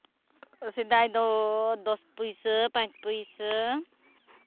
ᱥᱮᱫᱟᱭ ᱫᱚ ᱫᱚᱥ ᱯᱚᱭᱥᱟ ᱯᱟᱸᱪ ᱯᱚᱭᱥᱟ